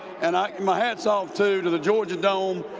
and i mean my hat's off too to the georgia dome,